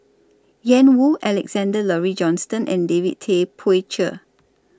Ian Woo Alexander Laurie Johnston and David Tay Poey Cher